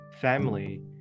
family